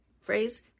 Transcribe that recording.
phrase